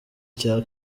cya